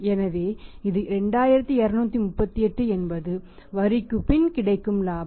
எனவே இது 2238 என்பது வரிக்குப் பின் கிடைக்கும் இலாபம்